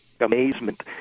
amazement